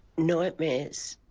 nightmares